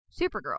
Supergirl